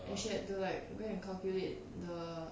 and she had to like go and calculate the